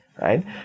right